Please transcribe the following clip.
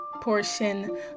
portion